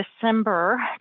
December